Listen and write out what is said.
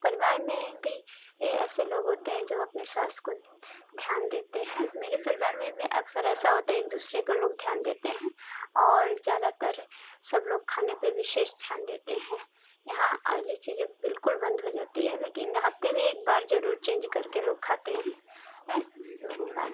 परिवार में भी ऐसे लोग होते हैं जो अपने स्वास्थ्य को ध्यान देते हैं मेरे परिवार में अक्सर ऐसा होता है एक दूसरे को लोग ध्यान देते हैं और ज़्यादातर सब लोग खाने पर विशेष ध्यान देते हैं यहाँ आयली चीज़ें बिल्कुल बंद हो जाती है लेकिन हफ़्ते में एक बार जरूर चेंज करके लोग खाते हैं धन्यवाद